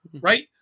right